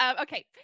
okay